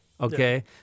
okay